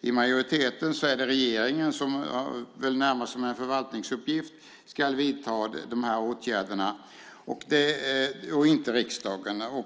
i majoriteten ser det är det regeringen som, närmast som en förvaltningsuppgift, ska vidta dessa åtgärder, inte riksdagen.